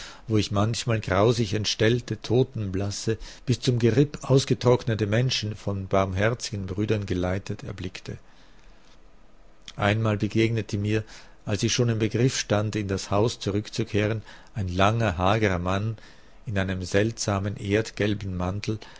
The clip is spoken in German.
wo ich manchmal grausig entstellte totenblasse bis zum geripp ausgetrocknete menschen von barmherzigen brüdern geleitet erblickte einmal begegnete mir als ich schon im begriff stand in das haus zurückzukehren ein langer hagerer mann in einem seltsamen erdgelben mantel